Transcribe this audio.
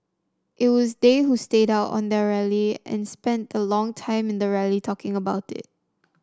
it was they who started out on their rally and spent a long time in the rally talking about it